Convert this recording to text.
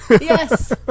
Yes